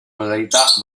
modalità